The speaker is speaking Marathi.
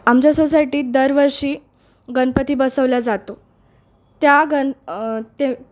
आमच्या सोसायटीत दरवर्षी गणपती बसवल्या जातो त्या गण ते